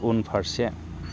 उनफारसे